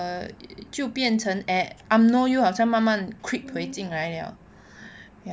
err 就变成 eh UMNO 又好像慢慢 creep 回进来 liao ya